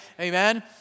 Amen